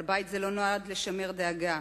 אבל בית זה לא נועד לשמר דאגה,